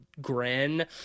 grin